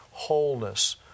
wholeness